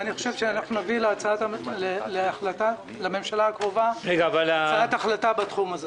אני חושב שאנחנו נביא לממשלה הקרובה הצעת החלטה בתחום הזה.